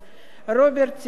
רוברט טיבייב,